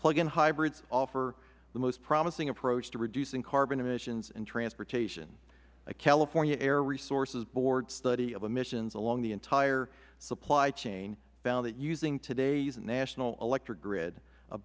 plug in hybrids offer the most promising approach to reducing carbon emissions and transportation a california air resources board study of emissions along the entire supply chain found that using today's national electric grid a